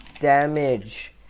damage